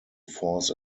force